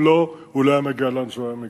אם לא, הוא לא היה מגיע לאן שהוא הגיע.